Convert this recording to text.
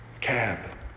Cab